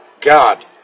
God